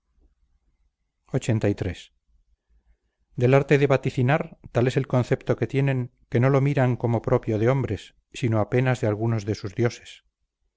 que acontezca lxxxiii del arte de vaticinar tal es el concepto que tienen que no lo miran como propio de hombres sino apenas de algunos de sus dioses